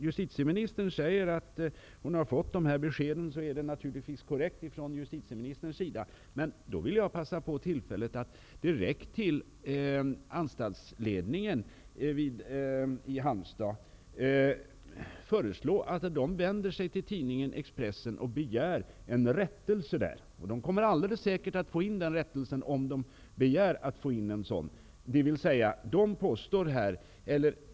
Justitieministerns redovisning av de besked som hon har fått är naturligtvis korrekt, men jag vill begagna tillfället att direkt föreslå anstaltsledningen i Halmstad att vända sig till Expressen och begära en rättelse. Det går alldeles säkert att få in en sådan, om man begär det.